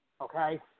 Okay